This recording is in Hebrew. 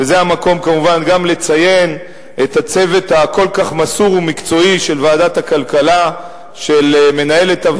וזה המקום כמובן גם לציין את הצוות המסור ומקצועי כל כך של ועדת הכלכלה,